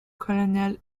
colonel